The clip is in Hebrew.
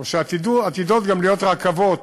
או שעתידות להיות רכבות